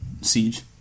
Siege